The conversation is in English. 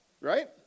Right